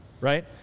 right